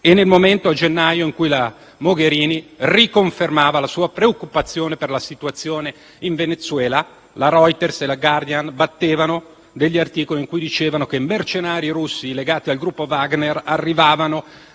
E nel momento in cui, a gennaio, la Mogherini riconfermava la sua preoccupazione per la situazione in Venezuela, «Reuters» e «The Guardian» pubblicavano articoli in cui dicevano che mercenari russi legati al gruppo Wagner arrivavano